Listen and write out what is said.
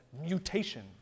mutation